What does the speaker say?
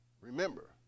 remember